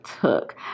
took